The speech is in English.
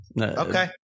Okay